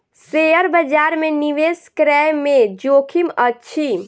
share बजार में निवेश करै में जोखिम अछि